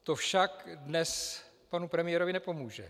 To však dnes panu premiérovi nepomůže.